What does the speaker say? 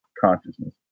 consciousness